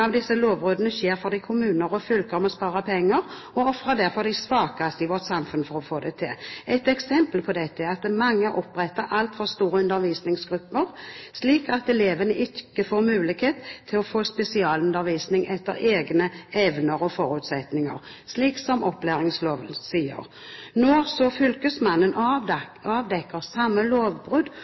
men disse følges ikke opp. Mange av lovbruddene skjer fordi kommuner og fylker må spare penger, og ofrer de svakeste i vårt samfunn for å få det til. Et eksempel på dette er at mange oppretter altfor store undervisningsgrupper, slik at elevene ikke får mulighet til å få spesialundervisning etter egne evner og forutsetninger, slik opplæringsloven sier. Når fylkesmannen år etter år avdekker de samme lovbrudd